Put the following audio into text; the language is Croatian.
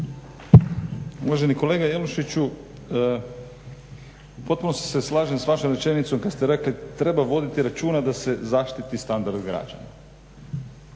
Uvaženi kolega Jelušiću u potpunosti se slažem s vašom rečenicom kad ste rekli treba voditi računa da se zaštiti standard građana.